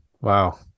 wow